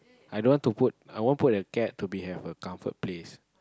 i don't want to put I want put a cat to be have a comfort place